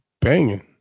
banging